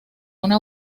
una